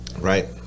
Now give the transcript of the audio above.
Right